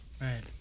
Right